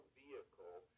vehicle